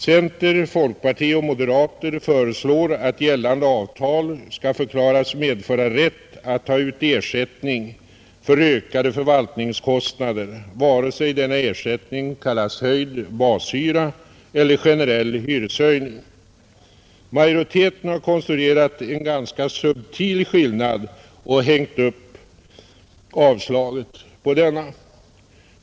Centerpartister, folkpartister och moderater föreslår att gällande avtal skall förklaras medföra rätt att ta ut ersättning för ökade förvaltningskostnader vare sig denna ersättning kallas höjd bashyra eller generell hyreshöjning. Majoriteten har konstruerat en ganska subtil skillnad och hängt upp avslaget på denna.